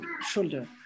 shoulder